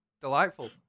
delightful